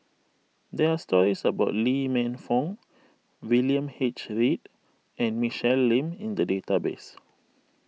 there are stories about Lee Man Fong William H Read and Michelle Lim in the database